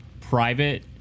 private